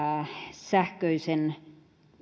sähköisen